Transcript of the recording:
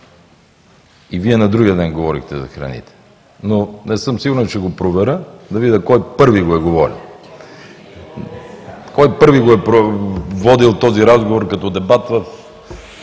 и Вие на другия ден говорихте за храните, но не съм сигурен, ще го проверя да видя кой първи го е говорил. Кой първи го е водил този разговор като дебат в